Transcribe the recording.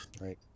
Right